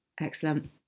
excellent